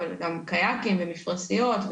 וגם קייאקים ומפרשיות,